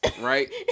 Right